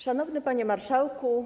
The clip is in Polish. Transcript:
Szanowny Panie Marszałku!